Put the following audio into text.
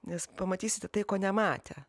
nes pamatysite tai ko nematę